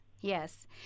Yes